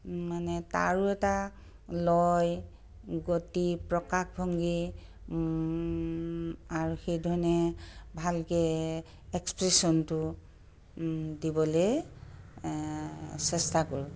মানে তাৰো এটা লয় গতি প্ৰকাশভংগি আৰু সেইধৰণে ভালকৈ এক্সপ্ৰেশ্যনটো দিবলৈ চেষ্টা কৰোঁ